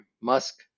Musk